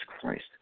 Christ